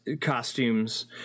costumes